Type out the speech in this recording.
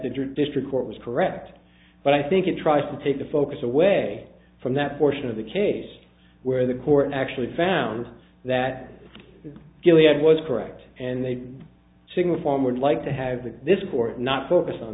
the district court was correct but i think it tries to take the focus away from that portion of the case where the court actually found that juliet was correct and they single form would like to have this court not focused on